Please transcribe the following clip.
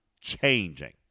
changing